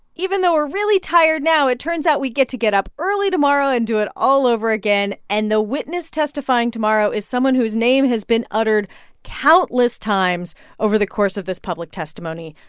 even though we're really tired now, it turns out we get to get up early tomorrow and do it all over again. and the witness testifying tomorrow is someone whose name has been uttered countless times over the course of this public testimony,